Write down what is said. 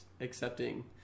accepting